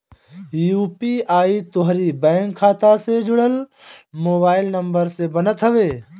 UPI तोहरी bank खाता से जुड़ल मोबाइल नंबर से बनत हवे